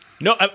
No